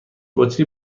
بطری